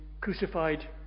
crucified